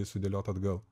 sudėliot atgal